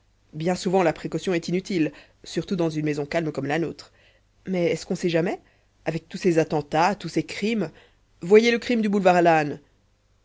bien souvent la précaution est inutile surtout dans une maison calme comme la nôtre mais est-ce qu'on sait jamais avec tous ces attentats tous ces crimes voyez le crime du boulevard